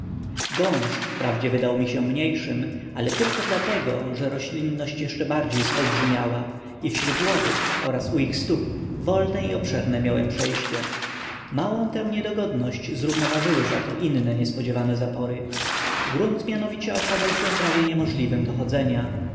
gąszcz wprawdzie wydał się mniejszym ale tylko dlatego że roślinność jeszcze bardziej zolbrzymiała i wśród łodyg oraz u ich stóp wolne i obszerne miałem przejścia małą tę niedogodność zrównoważyły zato inne niespodziewane zapory grunt mianowicie okazał się prawie niemożliwym do chodzenia